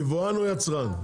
יבואן או יצרן?